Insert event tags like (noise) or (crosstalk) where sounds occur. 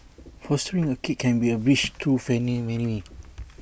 (noise) fostering A kid can be A bridge too (unintelligible) many